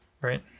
right